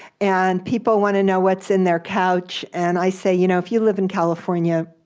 and people want to know what's in their couch, and i say, you know if you live in california,